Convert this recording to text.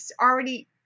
already